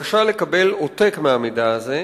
בבקשה לקבל עותק מהמידע הזה,